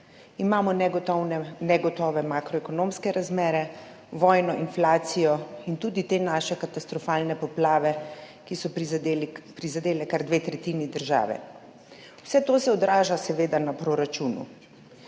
Imamo negotove makroekonomske razmere, vojno inflacijo in tudi te naše katastrofalne poplave, ki so prizadele kar dve tretjini države. Vse to se seveda odraža na proračunu.